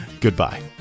Goodbye